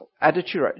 attitude